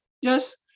Yes